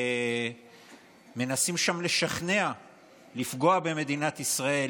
ומנסים שם לשכנע לפגוע במדינת ישראל,